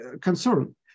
concern